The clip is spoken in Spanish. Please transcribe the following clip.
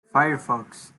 firefox